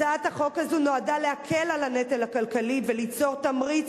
הצעת החוק הזאת נועדה להקל את הנטל הכלכלי וליצור תמריץ